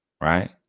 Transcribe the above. Right